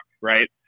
Right